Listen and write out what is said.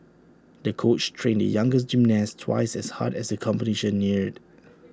the coach trained the young gymnast twice as hard as the competition neared